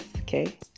okay